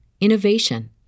innovation